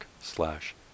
slash